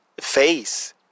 face